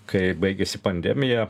kai baigėsi pandemija